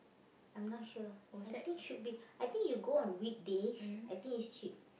I'm not sure I think should be I think you go on weekdays I think is cheap